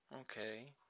Okay